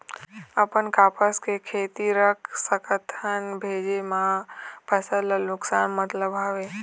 अपन कपास के खेती रख सकत हन भेजे मा फसल ला नुकसान मतलब हावे?